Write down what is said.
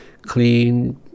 clean